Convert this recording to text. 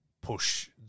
push